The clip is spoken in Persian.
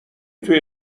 توی